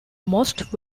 most